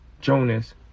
Jonas